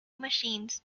machines